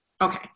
okay